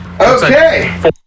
Okay